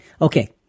Okay